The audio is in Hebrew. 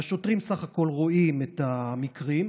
השוטרים בסך הכול רואים את המקרים,